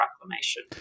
proclamation